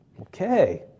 Okay